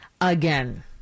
again